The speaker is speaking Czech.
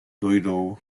dojdou